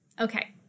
Okay